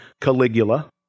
Caligula